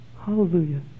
hallelujah